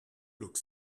look